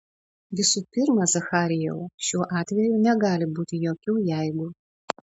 visų pirma zacharijau šiuo atveju negali būti jokių jeigu